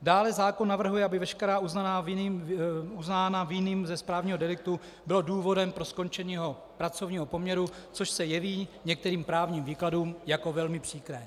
Dále zákon navrhuje, aby veškeré uznání vinným ze správního deliktu bylo důvodem pro skončení jeho pracovního poměru, což se jeví některým právním výkladům jako velmi příkré.